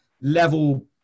level